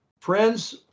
Friends